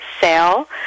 sale